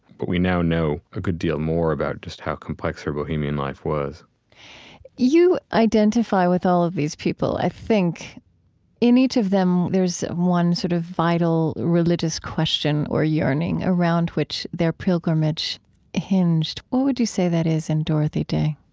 but we now know a good deal more about just how complex her bohemian life was you identify with all of these people. i think in each of them, there's one sort of vital religious question or yearning around which their pilgrimage hinged. what would you say that is in dorothy day?